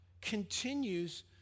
Continues